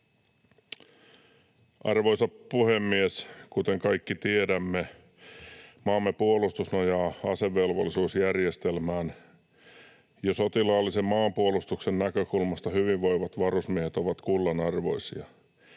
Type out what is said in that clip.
Arvoisa puhemies! Kuten kaikki tiedämme, maamme puolustus nojaa asevelvollisuusjärjestelmään. Jo sotilaallisen maanpuolustuksen näkökulmasta hyvinvoivat varusmiehet ovat kullanarvoisia.